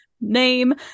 name